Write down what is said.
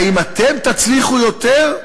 התצליחו אתם יותר?"